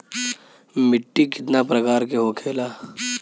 मिट्टी कितना प्रकार के होखेला?